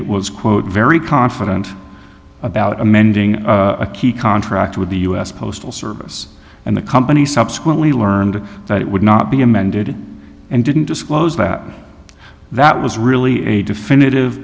it was quote very confident about amending a key contract with the u s postal service and the company subsequently learned that it would not be amended and didn't disclose that that was really a definitive